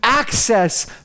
access